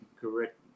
correct